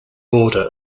border